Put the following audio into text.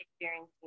experiencing